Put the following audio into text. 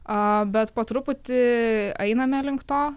a bet po truputį einame link to